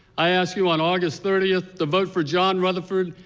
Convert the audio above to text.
i ask you on august thirtieth to vote for john rutherford,